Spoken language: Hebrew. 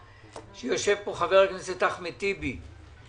יושב פה חבר הכנסת אחמד טיבי.